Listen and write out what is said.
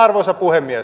arvoisa puhemies